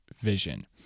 vision